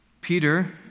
Peter